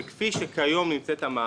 שבמצב שבו נמצאת כיום המערכת,